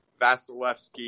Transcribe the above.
Vasilevsky